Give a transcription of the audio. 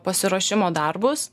pasiruošimo darbus